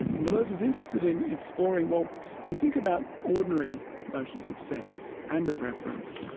and deleuze was interested in exploring, well if you think about ordinary notions of sense, and of reference,